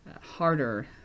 harder